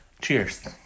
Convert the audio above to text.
Cheers